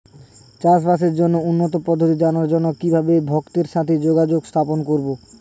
চাষবাসের জন্য উন্নতি পদ্ধতি জানার জন্য কিভাবে ভক্তের সাথে যোগাযোগ স্থাপন করব?